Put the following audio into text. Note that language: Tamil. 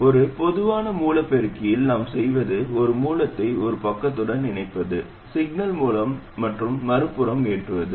ஒரு பொதுவான மூல பெருக்கியில் நாம் செய்வது ஒரு மூலத்தை ஒரு பக்கத்துடன் இணைப்பது சிக்னல் மூலம் மற்றும் மறுபுறம் ஏற்றுவது